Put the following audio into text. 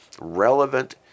relevant